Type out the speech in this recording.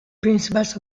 principles